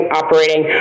operating